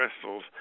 crystals